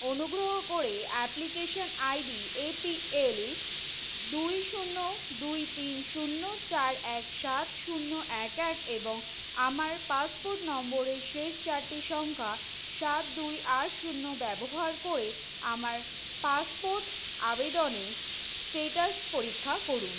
অনুগ্রহ করে application ID APL দুই শূন্য দুই তিন শূন্য চার এক সাত শূন্য এক এক এবং আমার পাসপোর্ট নম্বরের শেষ চারটি সংখ্যা সাত দুই আট শূন্য ব্যবহার করে আমার পাসপোর্ট আবেদনের স্টেটাস পরীক্ষা করুন